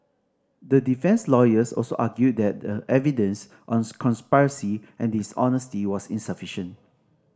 the defence lawyers also argued that the evidence on conspiracy and dishonesty was insufficient